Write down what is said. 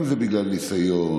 אם זה בגלל ניסיון,